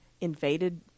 invaded